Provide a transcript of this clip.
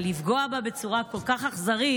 אבל לפגוע בה בצורה כל כך אכזרית,